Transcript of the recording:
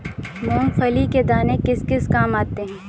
मूंगफली के दाने किस किस काम आते हैं?